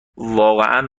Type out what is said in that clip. واقعا